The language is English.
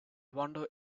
wonder